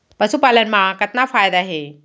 पशुपालन मा कतना फायदा हे?